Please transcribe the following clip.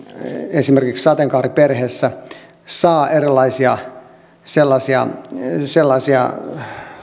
esimerkiksi sateenkaariperheessä saa erilaisia sellaisia sellaisia